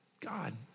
God